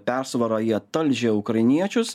persvarą jie talžė ukrainiečius